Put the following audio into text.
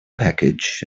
package